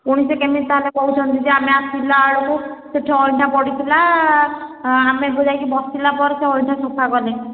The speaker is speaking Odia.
ପୁଣି ସେ କେମିତି ତା'ହେଲେ କହୁଛନ୍ତି ଯେ ଆମେ ଆସିଲାବେଳକୁ ସେଇଠି ଅଇଁଠା ପଡିଥିଲା ଆମେ ଏବେ ଯାଇକି ସେଠି ବସିଲାପରେ ଯାଇକି ସେଠି ଅଇଁଠା ସଫା କଲେ